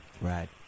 Right